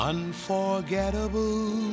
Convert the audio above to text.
Unforgettable